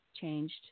changed